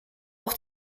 auch